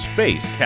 Space